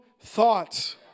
thoughts